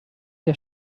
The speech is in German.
der